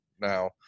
now